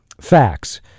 facts